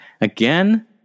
Again